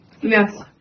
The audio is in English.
Yes